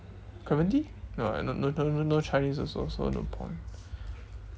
clementi no lah no no no chinese also so no point